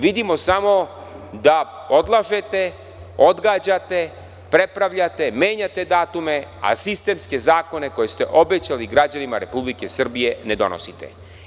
Vidimo samo da odlažete, odgađate, prepravljate, menjate datume, a sistemske zakone koje ste obećali građanima RS ne donosite.